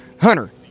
Hunter